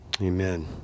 Amen